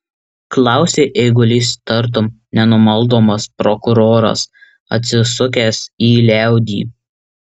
klausė eigulys tartum nenumaldomas prokuroras atsisukęs į liaudį